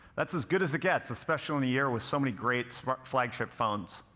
that's as good as it gets especially in a year with so many great flagship phones.